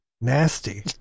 Nasty